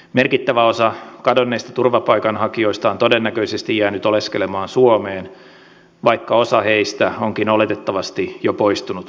merkittävä osa kadonneista turvapaikanhakijoista on todennäköisesti jäänyt oleskelemaan suomeen vaikka osa heistä onkin oletettavasti jo poistunut maasta